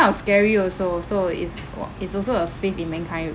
of scary also so is wha~ is also a faith in mankind